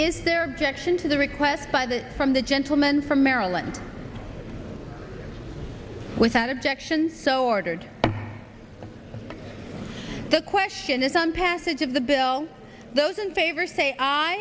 is there objection to the request by the from the gentleman from maryland without objection so ordered the question is on passage of the bill those in favor say